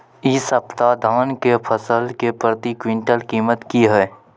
इ सप्ताह धान के फसल के प्रति क्विंटल कीमत की हय?